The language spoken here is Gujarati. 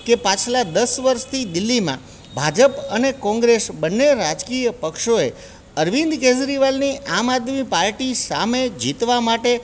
કે પાછલા દસ વર્ષથી દિલીમાં ભાજપ અને કોંગ્રેસ બંને રાજકીય પક્ષોએ અરવિંદ કેજરીવાલની આમ આદમી પાર્ટી સામે જીતવા માટે